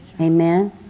Amen